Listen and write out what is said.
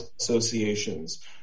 associations